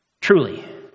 Truly